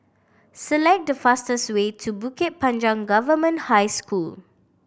select the fastest way to Bukit Panjang Government High School